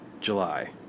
July